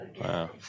wow